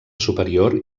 superior